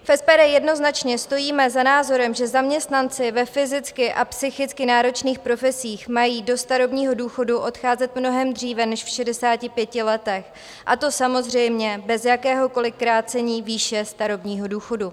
V SPD jednoznačně stojíme za názorem, že zaměstnanci ve fyzicky a psychicky náročných profesích mají do starobního důchodu odcházet mnohem dříve než v 65 letech, a to samozřejmě bez jakéhokoli krácení výše starobního důchodu.